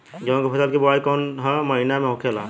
गेहूँ के फसल की बुवाई कौन हैं महीना में होखेला?